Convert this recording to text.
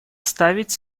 ставить